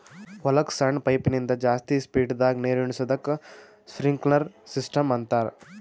ಹೊಲಕ್ಕ್ ಸಣ್ಣ ಪೈಪಿನಿಂದ ಜಾಸ್ತಿ ಸ್ಪೀಡದಾಗ್ ನೀರುಣಿಸದಕ್ಕ್ ಸ್ಪ್ರಿನ್ಕ್ಲರ್ ಸಿಸ್ಟಮ್ ಅಂತಾರ್